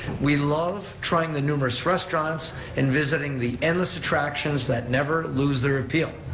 we love trying the numerous restaurants and visiting the endless attractions that never lose their appeal.